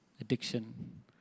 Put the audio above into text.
addiction